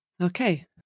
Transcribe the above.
Okay